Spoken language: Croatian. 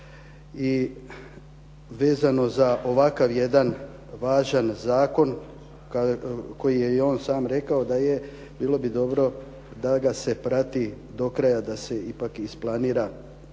i vezano za ovakav jedan važan zakon koji je i on sam rekao da je bilo bi dobro da ga se prati do kraja da se ipak isplanira takvo